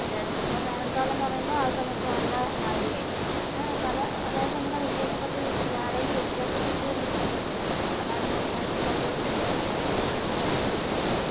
ചില ചിലപ്പോൾ വേനൽകാലമെന്ന് പറയുമ്പോൾ ആ സമയത്ത് നല്ല മഴയുമായിരിക്കും അങ്ങനെ പല അതായത് അങ്ങനെ വ്യത്യാസപ്പെട്ട അതായത് വ്യത്യാസപ്പെട്ടു കൊണ്ടിരിക്കും അതാണ് മെയിനായിട്ടുള്ളൊരു ഒരു പിന്നെ പ്രശ്നമെന്ന് വെച്ചാൽ